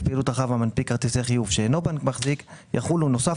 פעילות רחב המנפיק כרטיסי חיוב שאינו בנק מחזיק יחולו נוסף